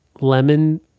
lemon